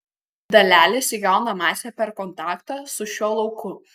dalelės įgauna masę per kontaktą su šiuo lauku